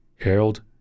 Harold